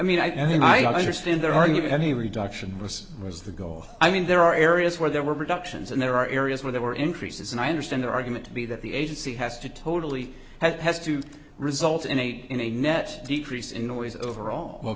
mean i mean i understand there are even any reduction was or is the goal i mean there are areas where there were reductions and there are areas where there were increases and i understand the argument to be that the agency has to totally has to result in a in a net decrease in noise overall well